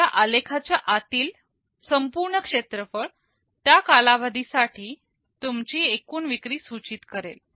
या आलेखाच्या आतील संपूर्ण क्षेत्रफळ त्या कालावधी साठी तुमची एकूण विक्री सुचित करेल